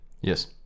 Yes